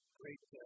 great